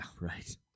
right